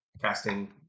casting